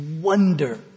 wonder